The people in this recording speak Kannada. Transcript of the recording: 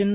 ಎನ್